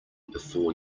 before